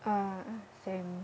ah same